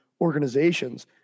organizations